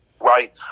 right